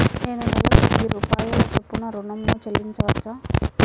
నేను నెలకు వెయ్యి రూపాయల చొప్పున ఋణం ను చెల్లించవచ్చా?